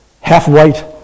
half-white